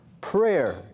Prayer